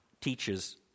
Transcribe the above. teaches